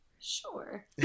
Sure